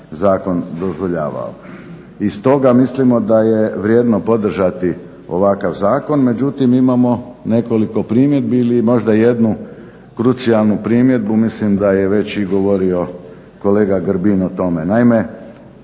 Mislim da je već i govorio kolega Grbin o tome.